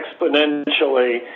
exponentially